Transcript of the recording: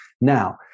Now